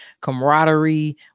camaraderie